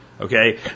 okay